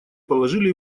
положили